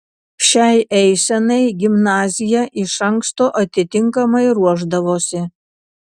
šiai eisenai gimnazija iš anksto atitinkamai ruošdavosi